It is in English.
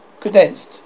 condensed